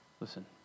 Listen